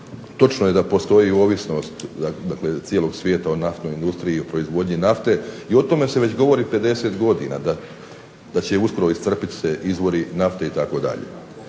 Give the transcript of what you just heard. točno je da postoji ovisnost, dakle cijelog svijeta u naftnoj industriji u proizvodnji nafte i o tome se već govori 50 godina da će uskoro iscrpit se izvori nafte itd.